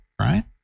right